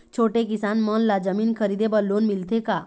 छोटे किसान मन ला जमीन खरीदे बर लोन मिलथे का?